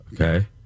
Okay